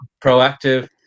proactive